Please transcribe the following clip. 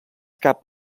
cap